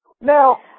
Now